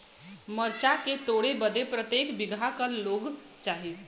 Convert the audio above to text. मरचा के तोड़ बदे प्रत्येक बिगहा क लोग चाहिए?